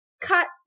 cuts